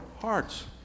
hearts